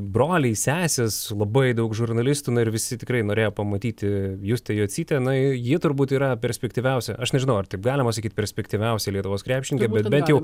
broliai sesės labai daug žurnalistų na ir visi tikrai norėjo pamatyti justę jocytę na ji turbūt yra perspektyviausia aš nežinau ar taip galima sakyt perspektyviausia lietuvos krepšininkė bet bent jau